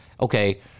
Okay